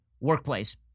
workplace